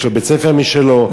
יש לו בית-ספר משלו,